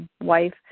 wife